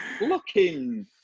looking